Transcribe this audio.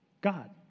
God